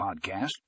Podcast